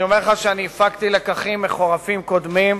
הפקתי לקחים מחורפים קודמים.